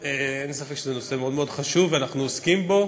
אין ספק שזה נושא מאוד חשוב, ואנחנו עוסקים בו.